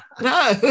No